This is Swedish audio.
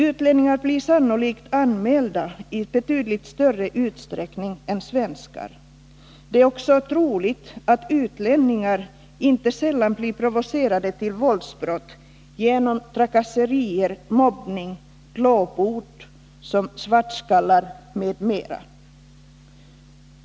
Utlänningar blir sannolikt anmälda i betydligt större utsträckning än 141 svenskar. Det är också troligt att utlänningar inte sällan blir provocerade till våldsbrott genom trakasserier, mobbing, glåpord som ”svartskallar” med mera.